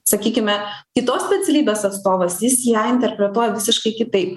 sakykime kitos specialybės atstovas jis ją interpretuoja visiškai kitaip